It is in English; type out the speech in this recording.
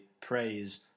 praise